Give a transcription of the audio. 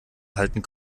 halten